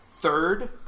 third